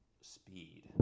Speed